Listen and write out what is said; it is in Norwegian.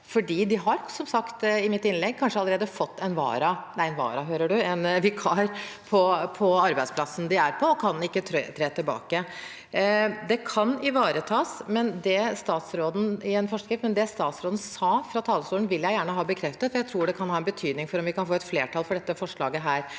kanskje allerede fått en vikar på arbeidsplassen de er på, og kan ikke tre tilbake. Det kan ivaretas i en forskrift, men det statsråden sa fra talerstolen, vil jeg gjerne ha bekreftet, for jeg tror det kan ha betydning for om vi kan få et flertall for dette forslaget her